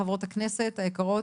חברות הכנסת היקרות,